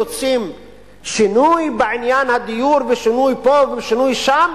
רוצים שינוי בעניין הדיור ושינוי פה ושינוי שם.